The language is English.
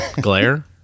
Glare